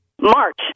March